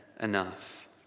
enough